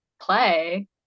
play